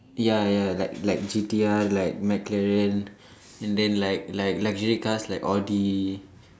ya ya like like G_T_R like McCarran and then like like luxury cars like Audi